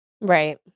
Right